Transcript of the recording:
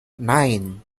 nine